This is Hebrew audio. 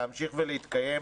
להמשיך ולהתקיים,